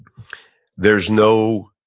there's no